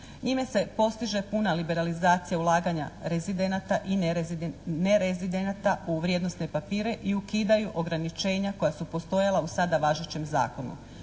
Njime se postiže puna liberalizacija ulaganja rezidenata i nerezidenata u vrijednosne papire i ukidaju ograničenja koja su postojala u sada važećem zakonu.